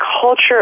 culture